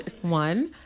One